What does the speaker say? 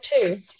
two